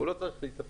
הוא לא צריך להיספר,